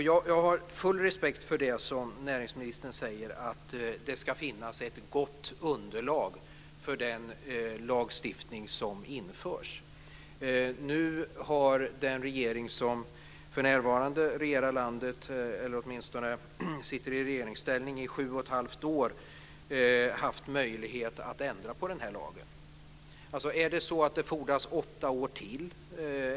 Jag har full respekt för det som näringsministern säger, att det ska finnas ett gott underlag för den lagstiftning som införs. Nu har den regering som för närvarande regerar landet, eller åtminstone sitter i regeringsställning, i sju och ett halvt år haft möjlighet att ändra på den här lagen. Är det så att det fordras åtta år till?